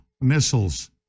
missiles